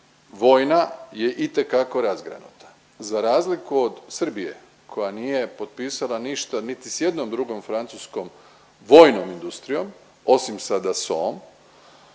vojna je itekako razgranata za razliku od Srbije koja nije potpisala ništa niti s jednom drugom francuskom vojnom industrijom osim sada s ovom,